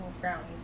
brownies